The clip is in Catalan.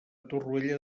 torroella